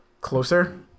closer